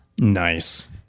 Nice